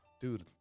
Dude